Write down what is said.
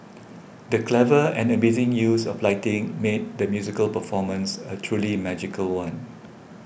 the clever and amazing use of lighting made the musical performance a truly magical one